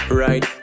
right